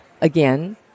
Again